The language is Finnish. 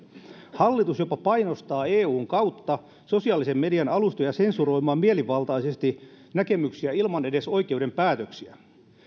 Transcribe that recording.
hallitus jopa painostaa eun kautta sosiaalisen median alustoja sensuroimaan mielivaltaisesti näkemyksiä ilman edes oikeuden päätöksiä